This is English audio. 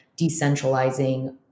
decentralizing